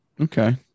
Okay